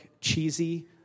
cheesy